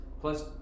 plus